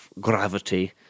gravity